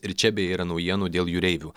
ir čia bei yra naujienų dėl jūreivių